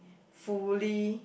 fully